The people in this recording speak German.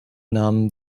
namen